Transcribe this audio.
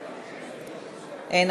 אין.